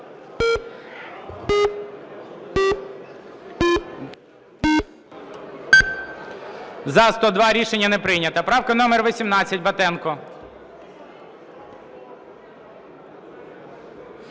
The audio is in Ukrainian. За-103 Рішення не прийнято. Правка номер 8, Власенко.